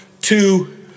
two